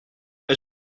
est